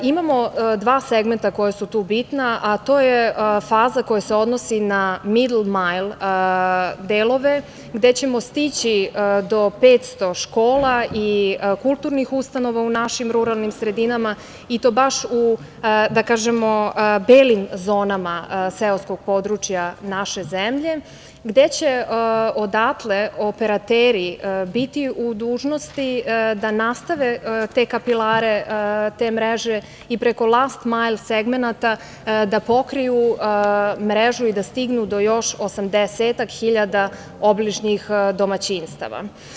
Imamo dva segmenta koja su tu bitna, a to je faza koja se odnosi na „middle mile“ delove, gde ćemo stići do 500 škola i kulturnih ustanova u našim ruralnim sredinama i to baš u, da kažemo, belim zonama seoskog područja naše zemlje gde će odatle operateri biti u dužnosti da nastave te kapilare, te mreže i preko „last mile“ segmenata da pokriju mrežu i da stignu do još osamdesetak hiljada obližnjih domaćinstava.